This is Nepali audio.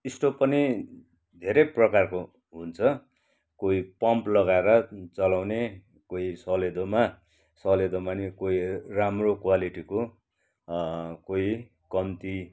स्टोभ पनि धेरै प्रकारको हुन्छ कोही पम्प लगाएर चलाउने कहीई सलेदोमा सलेदोमा नि कोही राम्रो क्वालिटीको कोही कम्ती